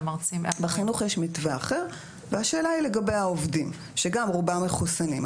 בחינוך יש מתווה אחר והשאלה היא לגבי העובדים שגם רובם מחוסנים,